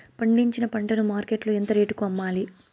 పండించిన పంట ను మార్కెట్ లో ఎంత రేటుకి అమ్మాలి?